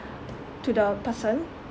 to the person